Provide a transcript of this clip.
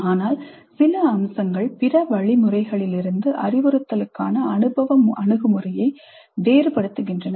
ஆனால் சில அம்சங்கள் பிற வழிமுறைகளிலிருந்து அறிவுறுத்தலுக்கான அனுபவ அணுகுமுறையை வேறுபடுத்துகின்றன